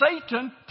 Satan